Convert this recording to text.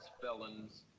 felons